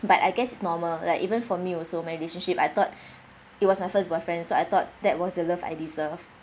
but I guess it's normal like even for me also my relationship I thought it was my first boyfriend so I thought that was the love I deserve